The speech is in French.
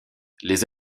les